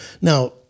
Now